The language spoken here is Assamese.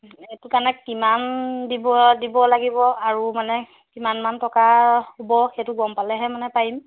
এইটো কাৰণে কিমান দিব দিব লাগিব আৰু মানে কিমান মান টকা হ'ব সেইটো গ'ম পালেহে মানে পাৰিম